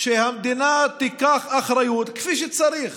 שהמדינה תיקח אחריות כפי שצריך